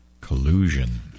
collusion